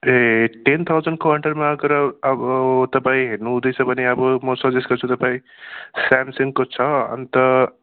ए ten थाउजनको अन्डरमा अगर अब तपाईँ हेर्नु हुँदैछ भने अब म सजेस्ट गर्छु तपाईँ स्यामसङको छ अन्त